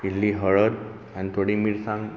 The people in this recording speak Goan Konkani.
इल्ली हळद आनी थोडी मिरसांग